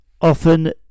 Often